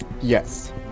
Yes